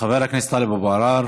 חבר הכנסת טלב אבו עראר,